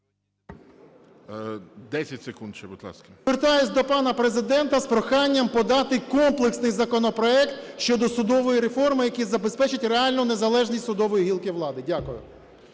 10 секунд ще, будь ласка. ВЛАСЕНКО С.В. Звертаюсь до пана Президента з проханням подати комплексний законопроект щодо судової реформи, який забезпечить реальну незалежність судової гілки влади. Дякую.